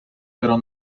pero